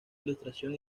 ilustración